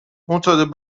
معتاد